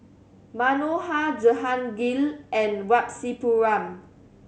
Manohar Jehangirr and Rasipuram